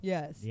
Yes